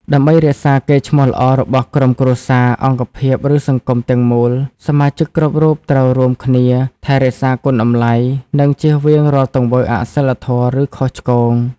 ដើម្បីរក្សាកេរ្តិ៍ឈ្មោះល្អរបស់ក្រុមគ្រួសារ អង្គភាព ឬសង្គមទាំងមូល សមាជិកគ្រប់រូបត្រូវរួមគ្នា ថែរក្សាគុណតម្លៃ និងជៀសវាងរាល់ទង្វើអសីលធម៌ ឬខុសឆ្គង។